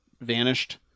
vanished